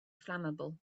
flammable